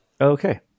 Okay